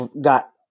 got